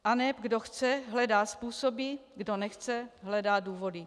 Aneb kdo chce, hledá způsoby, kdo nechce hledá důvody.